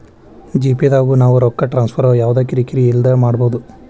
GPay ದಾಗು ನಾವ್ ರೊಕ್ಕ ಟ್ರಾನ್ಸ್ಫರ್ ಯವ್ದ ಕಿರಿ ಕಿರಿ ಇಲ್ದೆ ಮಾಡ್ಬೊದು